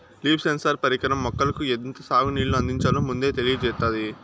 leaf sensor పరికరం మొక్కలకు ఎంత సాగు నీళ్ళు అందించాలో ముందే తెలియచేత్తాది